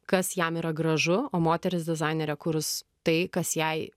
kas jam yra gražu o moteris dizainerė kurs tai kas jai